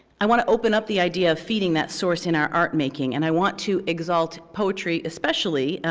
i want to open up the idea of feeding that source in our art making. and i want to exalt poetry, especially,